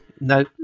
No